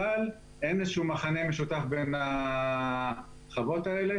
אבל אין מכנה משותף בין החוות האלה.